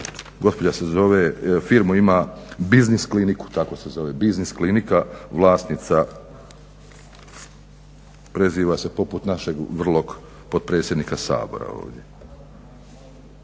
gospođa se zove firmu ima Biznis kliniku tako se zove "Biznis klinika" vlasnica preziva se poput naše vrlo potpredsjednika Sabora ovdje.